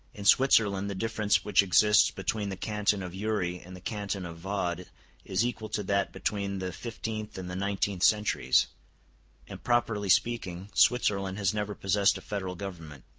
in switzerland the difference which exists between the canton of uri and the canton of vaud is equal to that between the fifteenth and the nineteenth centuries and, properly speaking, switzerland has never possessed a federal government.